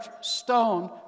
stone